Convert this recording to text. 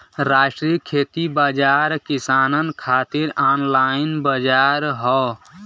राष्ट्रीय खेती बाजार किसानन खातिर ऑनलाइन बजार हौ